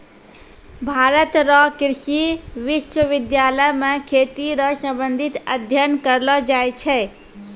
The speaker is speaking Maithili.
भारत रो कृषि विश्वबिद्यालय मे खेती रो संबंधित अध्ययन करलो जाय छै